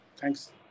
thanks